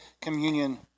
communion